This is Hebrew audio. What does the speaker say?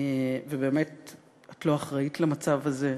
ובאמת את לא אחראית למצב הזה,